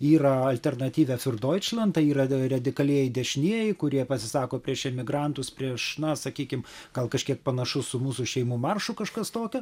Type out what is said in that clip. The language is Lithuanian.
yra alternatyve fiurdoičlend tai yra radikalieji dešinieji kurie pasisako prieš emigrantus prieš na sakykim gal kažkiek panašus su mūsų šeimų maršu kažkas tokio